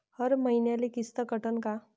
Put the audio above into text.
हर मईन्याले किस्त कटन का?